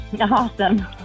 Awesome